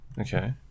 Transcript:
Okay